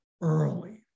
early